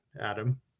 Adam